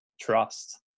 trust